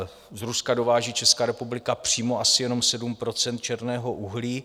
Z Ruska dováží Česká republika přímo asi jenom 7 % černého uhlí.